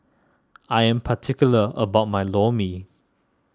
I am particular about my Lor Mee